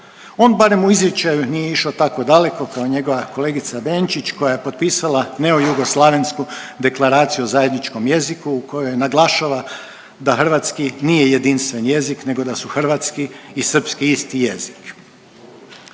On barem u izričaju nije išao tako daleko kao njegova kolegica Benčić koja je potpisala neojugoslavensku Deklaraciju o zajedničkom jeziku u kojoj naglašava da hrvatski nije jedinstven jezik, nego da su hrvatski i srpski isti jezik.